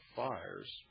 fires